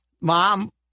mom